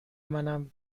منم